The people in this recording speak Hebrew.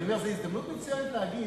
אבל אני אומר שזו הזדמנות מצוינת להגיד